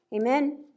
amen